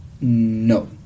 no